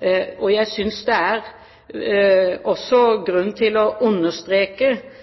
Jeg synes det også er grunn til å understreke